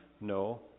No